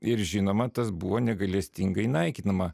ir žinoma tas buvo negailestingai naikinama